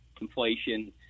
inflation